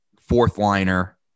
fourth-liner